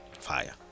Fire